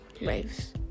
lives